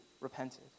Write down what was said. repented